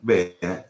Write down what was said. Bene